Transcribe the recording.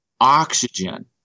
oxygen